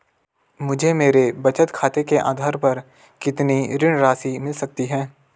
मुझे मेरे बचत खाते के आधार पर कितनी ऋण राशि मिल सकती है?